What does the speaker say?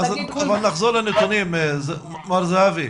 נחזור לנתונים, מר זהבי.